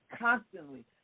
Constantly